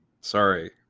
Sorry